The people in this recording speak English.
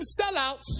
sellouts